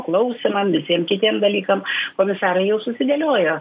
klausimam visiem kitiem dalykam komisarai jau susidėliojo